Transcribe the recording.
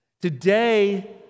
Today